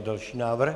Další návrh.